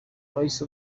wahise